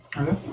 Okay